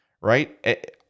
right